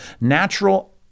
natural